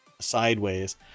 sideways